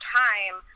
time